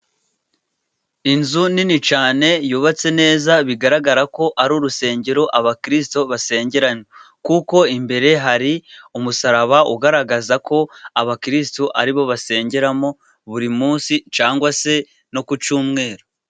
Inzu nini cyane yubatse neza, bigaragara ko ari urusengero abakiristu basengeramo, kuko imbere hari umusaraba ugaragaza ko abakiristu ari bo basengeramo buri munsi, cyangwa se no ku cyumweru.